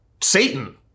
Satan